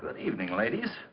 good evening ladies